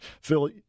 Phil